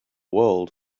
world